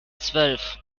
zwölf